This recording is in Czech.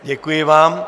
Děkuji vám.